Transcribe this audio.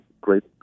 great